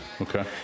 Okay